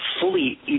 fully